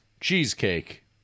cheesecake